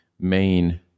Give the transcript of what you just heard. main